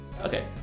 Okay